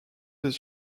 des